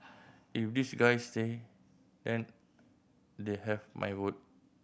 if these guys stay and they'll have my vote